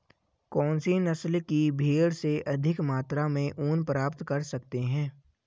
कौनसी नस्ल की भेड़ से अधिक मात्रा में ऊन प्राप्त कर सकते हैं?